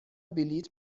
بلیط